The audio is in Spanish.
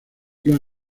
las